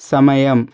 సమయం